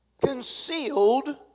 concealed